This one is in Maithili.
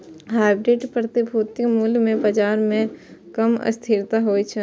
हाइब्रिड प्रतिभूतिक मूल्य मे बाजार मे कम अस्थिरता होइ छै